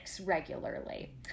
regularly